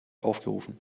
aufgerufen